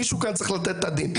מישהו כאן צריך לתת את הדין.